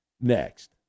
next